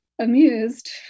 amused